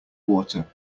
water